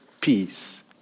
peace